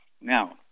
Now